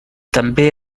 també